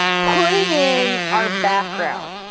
putting in our background.